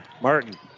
Martin